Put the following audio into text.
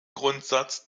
grundsatz